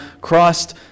Christ